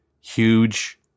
huge